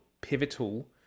pivotal